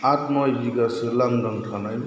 आद नय बिगासो लांदां थानाय